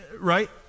right